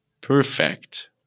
perfect –